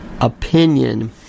opinion